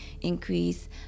increase